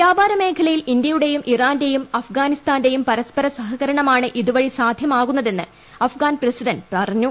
വ്യാപാര മേഖലയിൽ ഇന്ത്യയുടെയും ഇറാന്റേയും അഫ്ഗാനിസ്ഥാന്റേയും പരസ്പര സഹകരണമാണ് ഇതുവഴി സാധ്യമാകുന്നതെന്ന് അഫ്ഗാൻ പ്രസിഡന്റ് പറഞ്ഞു